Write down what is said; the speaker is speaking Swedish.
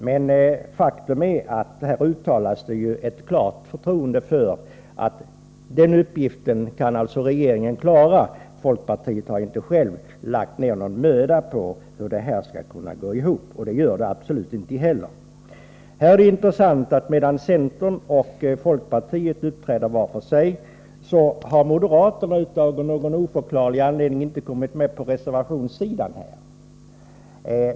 Men faktum är att här uttalas ett klart förtroende för att regeringen alltså kan klara den uppgiften. Folkpartiet har ju inte självt lagt ned någon möda på att reda ut hur det här skall kunna gå ihop — och så blir det absolut inte heller. Här är det intressant att medan centern och folkpartiet uppträder var för sig har moderaterna av någon oförklarlig anledning inte kommit med någon reservation.